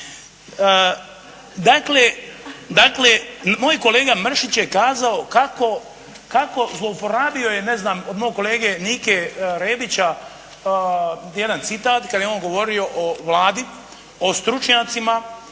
Dakle, moj kolega Mršić je kazao kako zlouporabio je ne znam od mog kolege Nike Rebića jedan citat kad je on govorio o Vladi, o stručnjacima